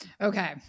okay